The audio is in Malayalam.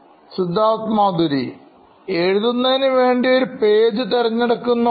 Siddharth Maturi CEO Knoin Electronics എഴുതുന്നതിനുവേണ്ടി ഒരു പേജ് തെരഞ്ഞെടുക്കുന്നു